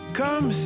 come